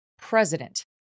president